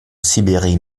sibérie